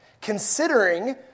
Considering